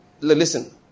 Listen